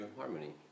harmony